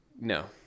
No